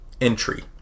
entry